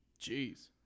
Jeez